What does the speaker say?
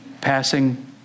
passing